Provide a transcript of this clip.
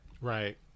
Right